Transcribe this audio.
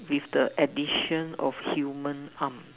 with the addition of human arm